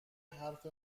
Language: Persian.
حرف